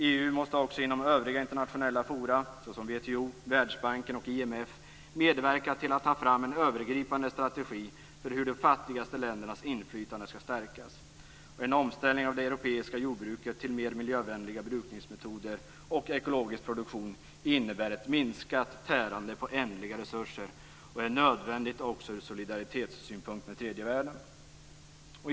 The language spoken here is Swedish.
EU måste också inom övriga internationella forum, såsom WTO, Världsbanken och IMF, medverka till att ta fram en övergripande strategi för hur de fattigaste ländernas inflytande skall stärkas. En omställning av det europeiska jordbruket till mer miljövänliga brukningsmetoder och ekologisk produktion innebär ett minskat tärande på ändliga resurser och är nödvändig också för solidariteten med tredje världen.